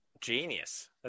Genius